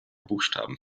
buchstaben